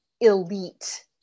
elite